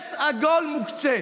אפס עגול מוקצה.